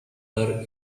are